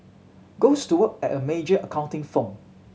goes to work at a major accounting firm